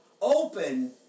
open